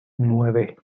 nueve